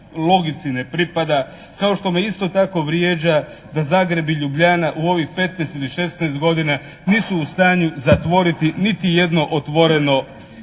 logici ne pripada, kao što me isto tako vrijeđa da Zagreb i Ljubljana u ovih petnaest ili šesnaest godina nisu u stanju zatvoriti niti jedno otvoreno